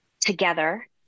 together